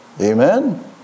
Amen